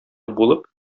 булып